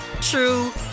true